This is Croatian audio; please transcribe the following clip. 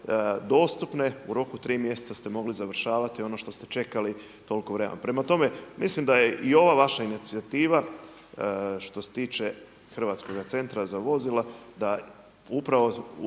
u roku od 3 mjeseca ste mogli završavati ono što ste čekali toliko vremena. Prema tome, mislim da je i ova vaša inicijativa što se tiče Hrvatskoga centra za vozila da upravo,